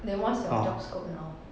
then what's your job scope now